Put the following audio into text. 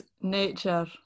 nature